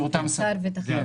זה אותם שרים.